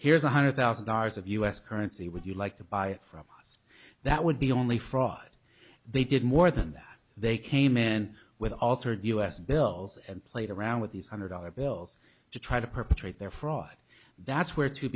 here's one hundred thousand dollars of u s currency would you like to buy it from that would be only fraud they did more than that they came in with altered us bills and played around with these hundred dollar bills to try to perpetrate their fraud that's where